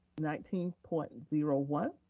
nineteen point and zero one,